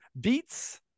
beets